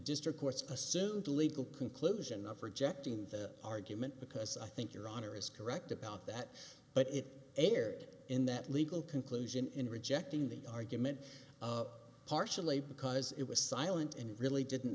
district court's assume the legal conclusion of rejecting the argument because i think your honor is correct about that but it erred in that legal conclusion in rejecting the argument partially because it was silent and it really didn't